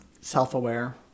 self-aware